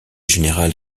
général